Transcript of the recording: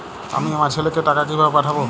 আমি আমার ছেলেকে টাকা কিভাবে পাঠাব?